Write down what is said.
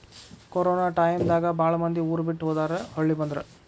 corona time ದಾಗ ಬಾಳ ಮಂದಿ ಊರ ಬಿಟ್ಟ ಹೊದಾರ ಹೊಳ್ಳಿ ಬಂದ್ರ